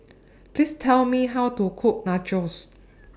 Please Tell Me How to Cook Nachos